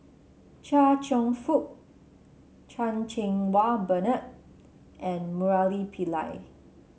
Chia Cheong Fook Chan Cheng Wah Bernard and Murali Pillai